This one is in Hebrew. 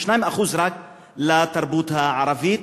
רק כ-2% לתרבות הערבית.